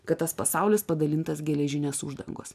kad tas pasaulis padalintas geležinės uždangos